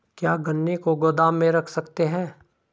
क्या गन्ने को गोदाम में रख सकते हैं?